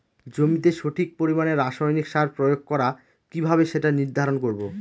জমিতে সঠিক পরিমাণে রাসায়নিক সার প্রয়োগ করা কিভাবে সেটা নির্ধারণ করব?